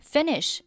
Finish